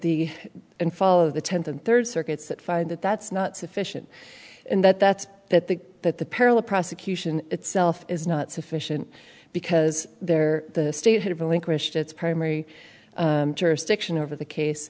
the in follow the tenth and third circuits that find that that's not sufficient and that that that the that the parallel prosecution itself is not sufficient because there the state had relinquished its primary jurisdiction over the case